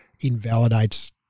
invalidates